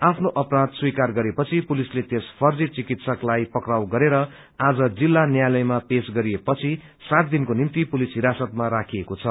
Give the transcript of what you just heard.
आफ्नो अपराध स्वीकार गरेपछि पुलिसले त्यस फर्जी चिकित्सकलाई पक्राउ गरेर आज जिल्ला न्यायालयमा पेश गरिएपछि सात दिनको पुलिस हिरासतमा राखिएको छ